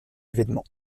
événement